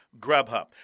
Grubhub